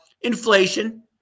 inflation